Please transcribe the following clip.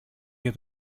για